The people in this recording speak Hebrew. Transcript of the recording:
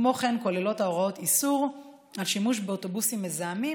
כמו כן כוללות ההוראות איסור על שימוש באוטובוסים מזהמים,